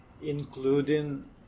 Including